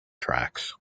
tracks